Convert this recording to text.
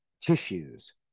tissues